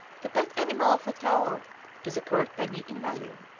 the pet animal of a taoog is a curt penny in value.